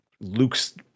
Luke's